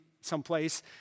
someplace